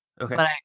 Okay